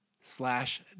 slash